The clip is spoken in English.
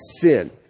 sin